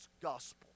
gospel